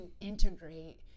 integrate